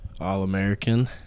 All-American